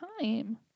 time